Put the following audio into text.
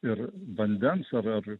ir vandens ar ar